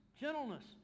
gentleness